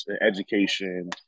education